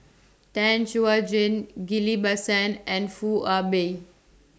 Tan Chuan Jin Ghillie BaSan and Foo Ah Bee